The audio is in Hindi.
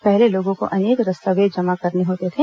पहले लोगों को अनेक दस्तावेज जमा करने होते थे